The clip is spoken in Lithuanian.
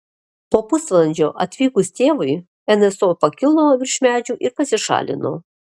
po pusvalandžio atvykus tėvui nso pakilo virš medžių ir pasišalino